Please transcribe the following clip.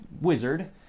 wizard